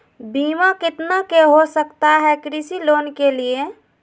बीमा कितना के हो सकता है कृषि लोन के लिए?